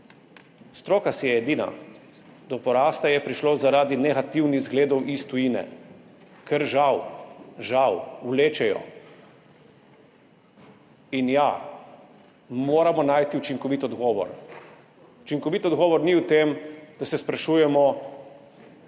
Stroka si je edina, do porasta je prišlo zaradi negativnih zgledov iz tujine, ker žal žal vlečejo. In ja, moramo najti učinkovit odgovor. Učinkovit odgovor ni v tem, da se politiki